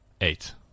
eight